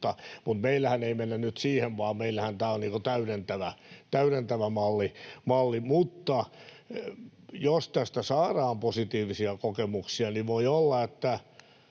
Meillähän ei mennä nyt siihen, vaan meillähän tämä on niin kuin täydentävä malli. Mutta jos tästä saadaan positiivisia kokemuksia, niin voi olla —